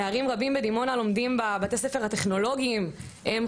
נערים רבים בדימונה חיים את ההסללה הזאת,